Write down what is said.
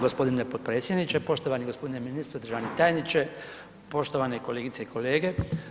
g. Potpredsjedniče, poštovani g. ministre, državni tajniče, poštovane kolegice i kolege.